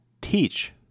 teach